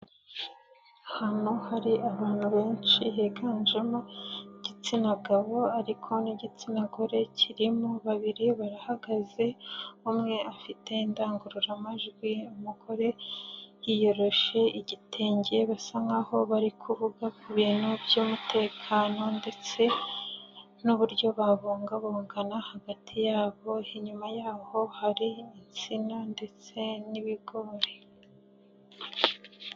Hano hari abantu benshi higanjemo igitsina gabo ariko n'igitsina gore kirimo, babiri barahagaze umwe afite indangururamajwi umugore yiyoroshe igitenge basa nk'aho bari kuvuga ku bintu by'umutekano ndetse n'uburyo babungabungana hagati yabo, inyuma y'aho hari insina ndetse n'ibigori.